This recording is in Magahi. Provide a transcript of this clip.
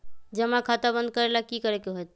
जमा खाता बंद करे ला की करे के होएत?